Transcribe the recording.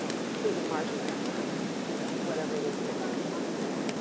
so completely marginal to whatever it is they think about, so.